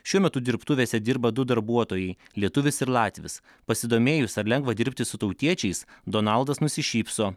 šiuo metu dirbtuvėse dirba du darbuotojai lietuvis ir latvis pasidomėjus ar lengva dirbti su tautiečiais donaldas nusišypso